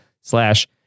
slash